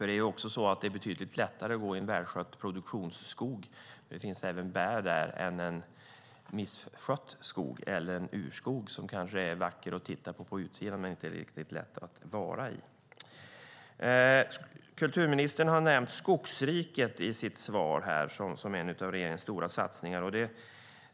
Det är betydligt lättare att gå i en välskött produktionsskog - det finns även bär där - än i en misskött skog eller en urskog som kanske är vacker att titta på men inte riktigt lätt att vara i. Kulturministern har nämnt Skogsriket i sitt svar som en av regeringens stora satsningar.